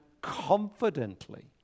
confidently